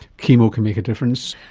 chemo can make a difference.